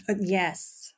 Yes